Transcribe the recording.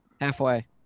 Halfway